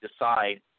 decide